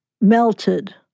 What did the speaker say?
melted